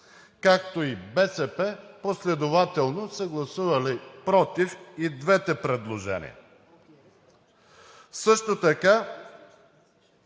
както и БСП последователно са гласували против и двете предложения. Също така